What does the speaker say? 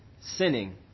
sinning